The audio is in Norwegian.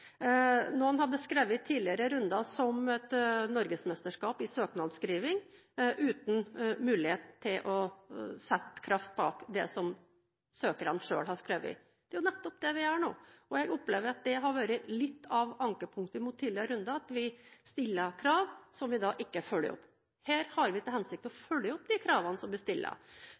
Noen har beskrevet tidligere runder som norgesmesterskap i søknadsskriving uten mulighet til at vi kan sette kraft bak det som søkerne selv har skrevet. Det er nettopp det vi gjør nå. Jeg opplever at det har vært litt av ankepunktet mot tidligere runder at vi stiller krav som vi ikke følger opp. Her har vi til hensikt å følge opp kravene